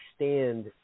understand